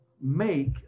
make